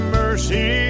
mercy